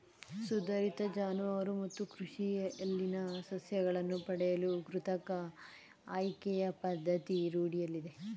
ಸುಧಾರಿತ ಜಾನುವಾರು ಮತ್ತು ಕೃಷಿಯಲ್ಲಿನ ಸಸ್ಯಗಳನ್ನು ಪಡೆಯಲು ಕೃತಕ ಆಯ್ಕೆಯ ಪದ್ಧತಿ ರೂಢಿಯಲ್ಲಿದೆ